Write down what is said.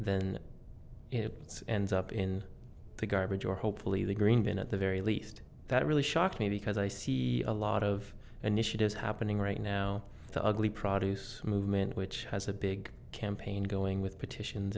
know it's and up in the garbage or hopefully the green been at the very least that really shocked me because i see a lot of initiatives happening right now the ugly produce movement which has a big campaign going with petitions